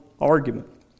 argument